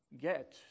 get